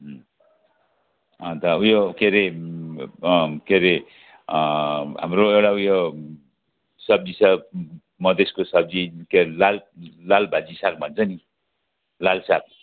अनि त ऊ यो के रे के रे हाम्रो एउटा ऊ यो सब्जी सब मधेसको सब्जी के रे लाल लाल भाजी साग भन्छ नि लाल साग